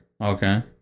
okay